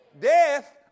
death